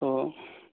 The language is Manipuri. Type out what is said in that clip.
ꯑꯣ